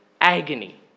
agony